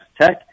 Tech